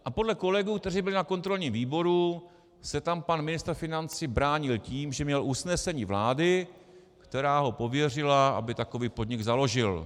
A podle kolegů, kteří byli na kontrolním výboru, se tam pan ministr financí bránil tím, že měl usnesení vlády, která ho pověřila, aby takový podnik založil.